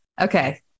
Okay